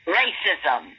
racism